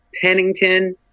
Pennington